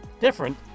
different